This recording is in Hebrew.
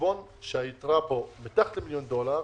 חשבון שהיתרה בו מתחת למיליון דולר,